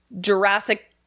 Jurassic